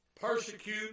persecute